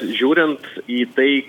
žiūrint į tai